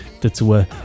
dazu